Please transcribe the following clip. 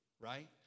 Right